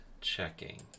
checking